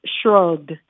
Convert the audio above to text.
Shrugged